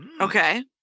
Okay